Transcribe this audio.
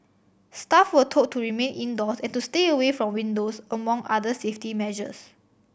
staff were told to remain indoors and to stay away from windows among other safety measures